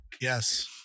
Yes